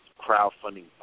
crowdfunding